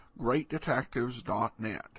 greatdetectives.net